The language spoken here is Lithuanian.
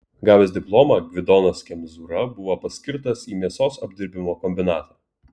gavęs diplomą gvidonas kemzūra buvo paskirtas į mėsos apdirbimo kombinatą